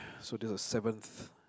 so this is the seventh